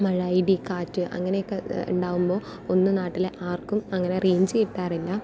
മഴ ഇടി കാറ്റ് അങ്ങനെയൊക്കെ ഉണ്ടാകുമ്പം ഒന്ന് നാട്ടിലെ ആർക്കും അങ്ങനെ റേഞ്ച് കിട്ടാറില്ല